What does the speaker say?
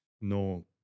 no